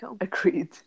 Agreed